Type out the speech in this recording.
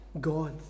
God